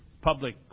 public